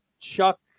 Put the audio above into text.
Chuck